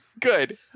Good